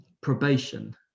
probation